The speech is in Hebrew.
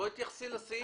בואי תתייחסי לסעיף.